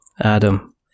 Adam